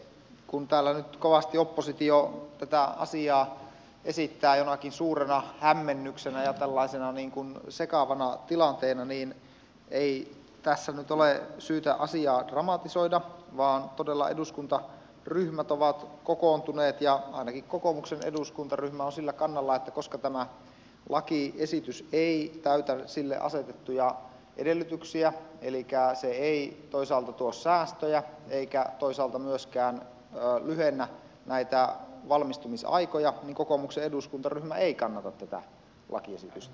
kun täällä nyt kovasti oppositio tätä asiaa esittää jonakin suurena hämmennyksenä ja tällaisena sekavana tilanteena niin ei tässä nyt ole syytä asiaa dramatisoida vaan todella eduskuntaryhmät ovat kokoontuneet ja ainakin kokoomuksen eduskuntaryhmä on sillä kannalla että koska tämä lakiesitys ei täytä sille asetettuja edellytyksiä elikkä se ei toisaalta tuo säästöjä eikä toisaalta myöskään lyhennä näitä valmistumisaikoja niin kokoomuksen eduskuntaryhmä ei kannata tätä lakiesitystä